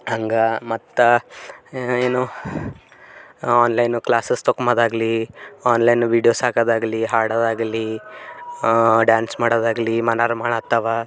ಹಂಗೆ ಮತ್ತು ಏನು ಆನ್ಲೈನು ಕ್ಲಾಸಸ್ ತಕೊಂಬದಾಗಲಿ ಆನ್ಲೈನ್ ವೀಡಿಯೋಸ್ ಹಾಕೋದಾಗ್ಲಿ ಹಾಡೋದಾಗ್ಲಿ ಡ್ಯಾನ್ಸ್ ಮಾಡೋದಾಗಲಿ ಮಾಡಿ ಹಾಕ್ತಾವ